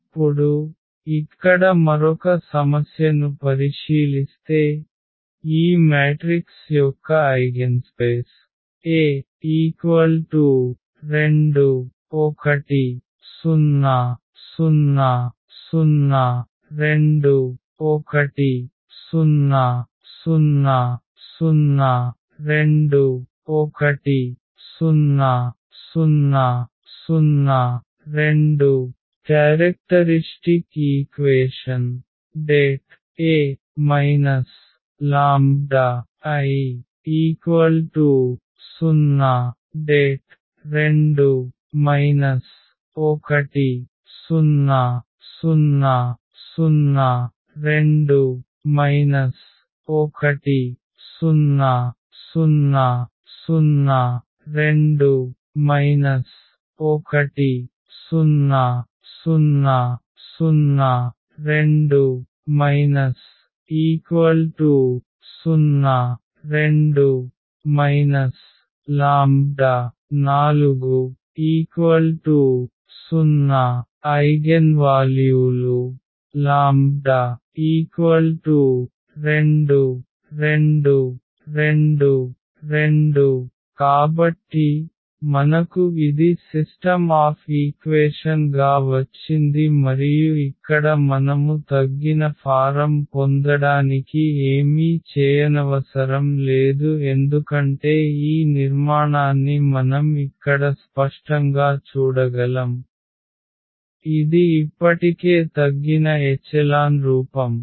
ఇప్పుడు ఇక్కడ మరొక సమస్యను పరిశీలిస్తే ఈ మ్యాట్రిక్స్ యొక్క eigenspace A 2 1 0 0 0 2 1 0 0 0 2 1 0 0 0 2 characteristic equation det A λI 0 2 1 0 0 0 2 1 0 0 0 2 1 0 0 0 2 0 2 λ4 0 ఐగెన్వాల్యూలు λ 2 2 2 2 కాబట్టి మనకు ఇది సిస్టమ్ ఆఫ్ ఈక్వేషన్ గా వచ్చింది మరియు ఇక్కడ మనము తగ్గిన ఫారమ్ పొందడానికి ఏమీ చేయనవసరం లేదు ఎందుకంటే ఈ నిర్మాణాన్ని మనం ఇక్కడ స్పష్టంగా చూడగలం ఇది ఇప్పటికే తగ్గిన ఎచెలాన్ రూపం